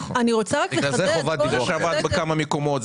יש את זה שעבד בכמה מקומות,